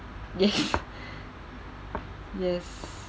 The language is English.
yes yes